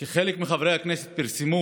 כי חלק מחברי הכנסת פרסמו